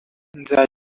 nzajya